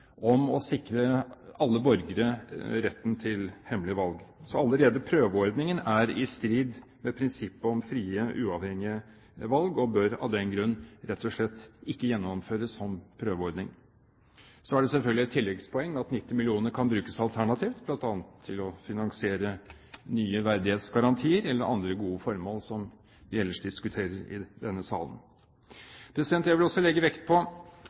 om å sikre alle borgere retten til hemmelig valg. Så allerede prøveordningen er i strid med prinsippet om frie og uavhengige valg og bør av den grunn rett og slett ikke gjennomføres som prøveordning. Så er det selvfølgelig et tilleggspoeng at 90 mill. kr kan brukes alternativt, bl.a. til å finansiere nye verdighetsgarantier eller andre gode formål som vi ellers diskuterer i denne salen. Jeg vil også legge vekt på